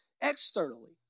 externally